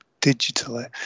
digitally